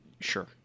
Sure